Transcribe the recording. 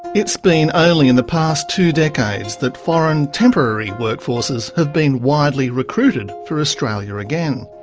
it's been only in the past two decades that foreign temporary workforces have been widely recruited for australia again.